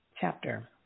chapter